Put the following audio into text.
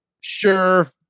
Sure